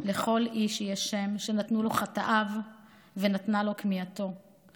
לכל איש יש שם / שנתנו לו חטאיו / ונתנה לו כמיהתו //